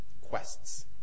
quests